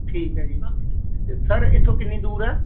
ਠੀਕ ਹੈ ਜੀ ਅਤੇ ਸਰ ਇੱਥੋਂ ਕਿੰਨੀ ਦੂਰ ਆ